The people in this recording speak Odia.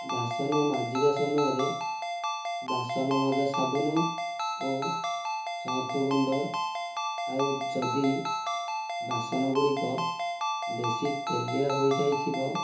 ବାସନ ମାଜିବା ସମୟରେ ବାସନ ମଜା ସାବୁନ ଓ ସର୍ଫ ଗୁଣ୍ଡ ଆଉ ଯଦି ବାସନ ଗୁଡ଼ିକ ବେଶୀ ତେଲିଆ ହୋଇଯାଇଥିବ